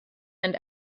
and